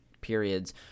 periods